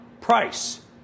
price